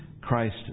Christ